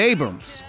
Abrams